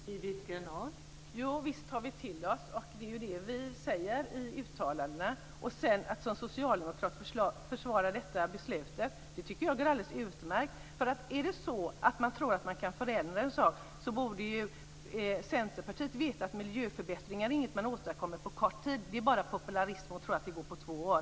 Fru talman! Visst tar vi till oss kritiken. Det är ju det vi säger i uttalandena. Att som socialdemokrat försvara detta beslut tycker jag går alldeles utmärkt. Tror man att man kan förändra en sak borde Centerpartiet veta att miljöförbättringar är ingenting man åstadkommer på kort tid. Det är bara populism att tro att det går på två år.